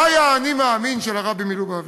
מה היה ה"אני מאמין" של הרבי מלובביץ'?